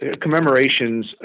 commemorations